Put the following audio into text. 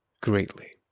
greatly